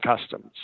Customs